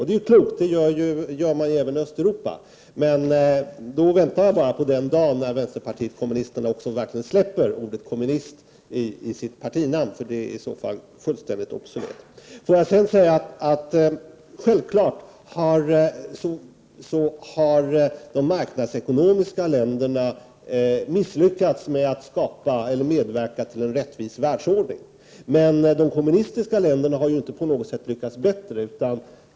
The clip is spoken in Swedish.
Det är klokt — det gör man även i Östeuropa — men då väntar jag bara på den dagen när vänsterpartiet kommunisterna också släpper ordet ”kommunisterna” i sitt partinamn, som i så fall är fullständigt obsolet. De marknadsekonomiska länderna har självfallet misslyckats med att medverka till en rättvis världsordning, men de kommunistiska länderna har inte på något sätt lyckats bättre.